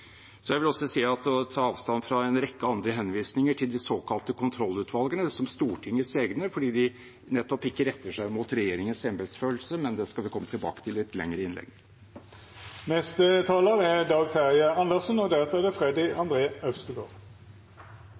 Jeg vil også ta avstand fra en rekke henvisninger til de såkalte kontrollutvalgene som Stortingets egne, fordi de nettopp ikke retter seg mot regjeringens embetsfølelse, men det skal jeg komme tilbake til i et lengre innlegg. Jeg ble veldig overrasket over stortingspresidentens siste innlegg og